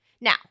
Now